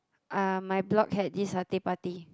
uh my block had this satay party